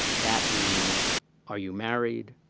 that means are you married,